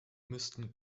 müssten